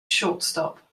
shortstop